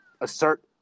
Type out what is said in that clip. assert